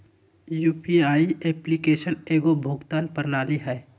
UPI application एगो भुगतान प्रणाली हइ